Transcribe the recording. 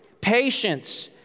patience